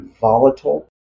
volatile